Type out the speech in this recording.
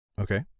Okay